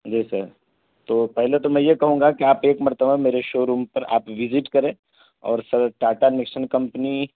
جی sir تو پہلے تو میں یہ کہوں گا کہ آپ ایک مرتبہ میرے شو روم پر آپ وزٹ کریں اور سر ٹاٹا نیکسن کمپنی